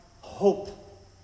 hope